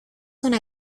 una